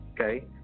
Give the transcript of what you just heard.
okay